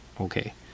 Okay